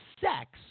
sex